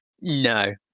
no